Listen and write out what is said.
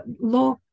law